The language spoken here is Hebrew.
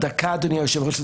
אדוני היושב-ראש,